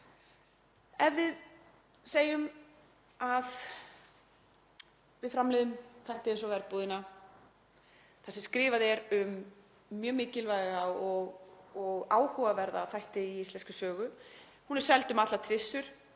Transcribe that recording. heim. Segjum að við framleiðum þætti eins og Verbúðina, þar sem skrifað er um mjög mikilvæga og áhugaverða þætti í íslenskri sögu, hún er seld um allar trissur,